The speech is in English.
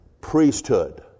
priesthood